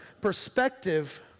perspective